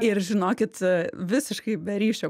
ir žinokit visiškai be ryšio